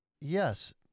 Yes